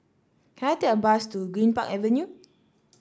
can I take a bus to Greenpark Avenue